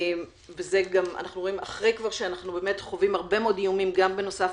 ואת זה אנחנו רואים אחרי שאנחנו חווים הרבה מאוד איומים גם בנוסף